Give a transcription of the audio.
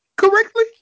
Correctly